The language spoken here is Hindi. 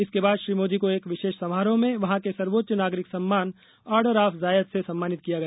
इसके बाद श्री मोदी को एक विशेष समारोह में वहां के सर्वोच्च नागरिक सम्मान ऑर्डर ऑफ ज़ायद से सम्मानित किया गया